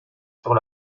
sur